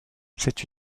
cette